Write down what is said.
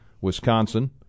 Wisconsin